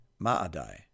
Maadai